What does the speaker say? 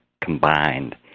combined